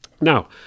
Now